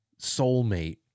soulmate